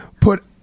Put